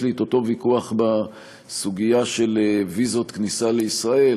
יש לי את אותו ויכוח בסוגיה של ויזות כניסה לישראל.